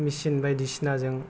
मिसिन बायदिसिनाजों